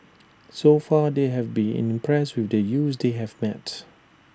so far they have been impressed with the youths they have met